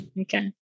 Okay